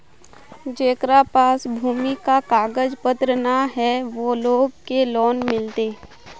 जेकरा पास भूमि का कागज पत्र न है वो लोग के लोन मिलते?